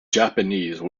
japanese